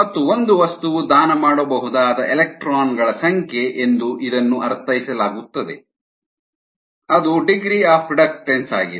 ಮತ್ತು ಒಂದು ವಸ್ತುವು ದಾನ ಮಾಡಬಹುದಾದ ಎಲೆಕ್ಟ್ರಾನ್ ಗಳ ಸಂಖ್ಯೆ ಎಂದು ಇದನ್ನು ಅರ್ಥೈಸಲಾಗುತ್ತದೆ ಅದು ಡಿಗ್ರೀ ಆಫ್ ರಿಡಕ್ಟನ್ಸ್ ಆಗಿದೆ